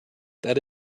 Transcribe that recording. that